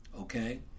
Okay